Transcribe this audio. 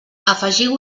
afegiu